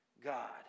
God